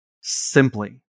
simply